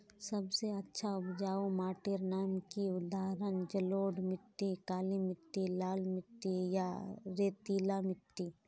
सबसे अच्छा उपजाऊ माटिर नाम की उदाहरण जलोढ़ मिट्टी, काली मिटटी, लाल मिटटी या रेतीला मिट्टी?